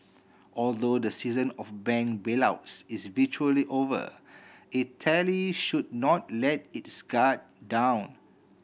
although the season of bank bailouts is virtually over Italy should not let its guard down